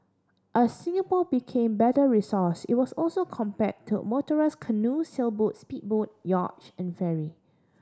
as Singapore became better resourced it was also compared to a motorised canoe sailboats speedboat yacht and ferry